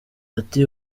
ati